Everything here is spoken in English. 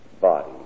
body